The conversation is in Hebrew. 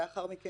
כלומר,